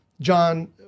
John